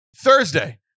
Thursday